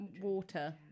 Water